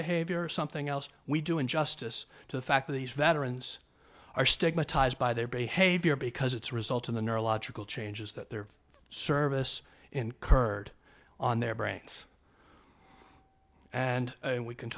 behavior or something else we do injustice to the fact that these veterans are stigmatized by their behavior because it's a result of the neurological changes that their service incurred on their brains and we can